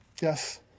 Yes